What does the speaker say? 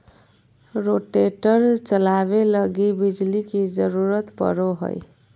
rotator चलावे लगी बिजली के जरूरत पड़ो हय